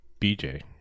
BJ